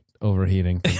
Overheating